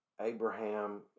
Abraham